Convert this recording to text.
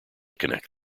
connect